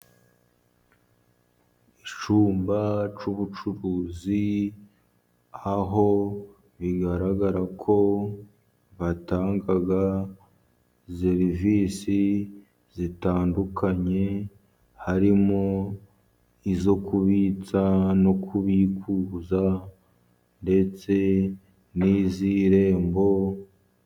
Icyumba cy'ubucuruzi aho bigaragara ko batangaga serivisi zitandukanye, harimo izo kubitsa no kubikuza, ndetse niz'irembo.